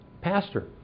pastor